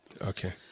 Okay